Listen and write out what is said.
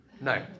No